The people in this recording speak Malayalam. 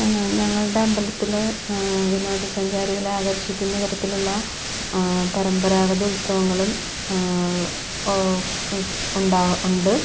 ഞങ്ങളുടെ അമ്പലത്തിൽ വിനോദ സഞ്ചാരികളെ ആകർഷിക്കുന്ന തരത്തിലുള്ള പരമ്പരാഗത ഉത്സവങ്ങളും ഉണ്ടാവും ഉണ്ട്